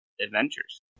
adventures